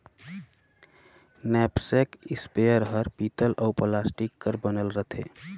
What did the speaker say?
knapsack sprayer हर पीतल अउ प्लास्टिक कर बनल रथे